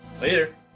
Later